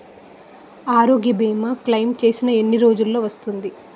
ఆరోగ్య భీమా క్లైమ్ చేసిన ఎన్ని రోజ్జులో వస్తుంది?